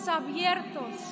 abiertos